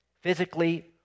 physically